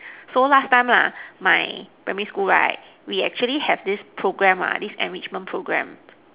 so last time lah my primary school right we actually have this program ah this enrichment program